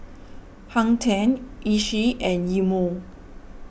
Hang ten Oishi and Eye Mo